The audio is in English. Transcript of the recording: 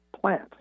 plant